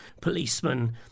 policemen